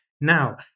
Now